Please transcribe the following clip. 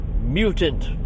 mutant